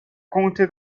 comté